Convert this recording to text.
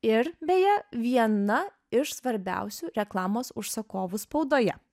ir beje viena iš svarbiausių reklamos užsakovų spaudoje